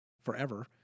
forever